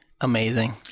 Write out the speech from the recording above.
amazing